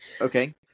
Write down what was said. Okay